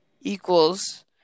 equals